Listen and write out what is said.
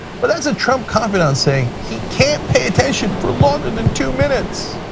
but that is a trump confidant saying he cannot pay attention for longer than two minutes.